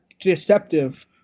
deceptive